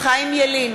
חיים ילין,